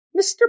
Mr